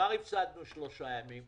כבר הפסדנו שלושה ימים.